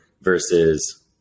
Versus